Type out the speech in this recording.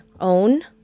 own